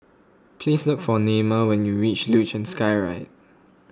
please look for Naima when you reach Luge and Skyride